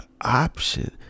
option